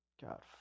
God